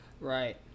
Right